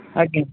ଆଜ୍ଞା